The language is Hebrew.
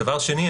דבר שני,